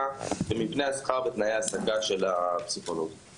במבנה השכר ותנאי ההעסקה של הפסיכולוגים.